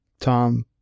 Tom